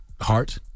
heart